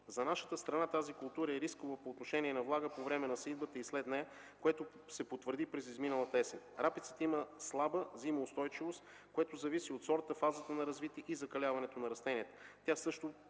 За нашата страна тази култура е рискова по отношение на влагата по време на сеитбата и след нея, което се потвърди през изминалата есен. Рапицата има слаба зимоустойчивост, което зависи от сорта, фазата на развитие и закаляването на растенията.